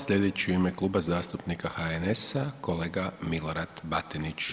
Slijedeći u ime Kluba zastupnika HNS-a kolega Milorad Batinić.